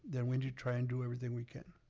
then we need to try and do everything we can.